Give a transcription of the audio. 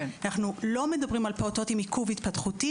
אנחנו לא מדברים על פעוטות עם עיכוב התפתחותי,